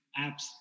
apps